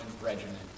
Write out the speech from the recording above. Regiment